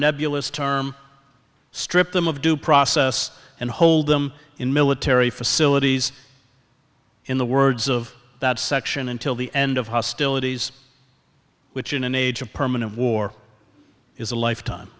nebulous term stripped them of due process and hold them in military facilities in the words of that section until the end of hostilities which in an age of permanent war is a lifetime